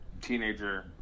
teenager